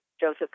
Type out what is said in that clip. Joseph